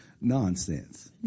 nonsense